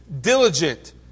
diligent